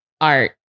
art